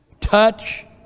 Touch